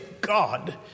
God